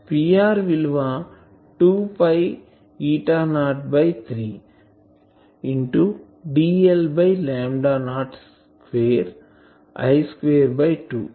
Pr విలువ 2 eta naught 3 dl by lambda naught square I 2 2